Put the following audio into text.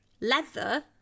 Leather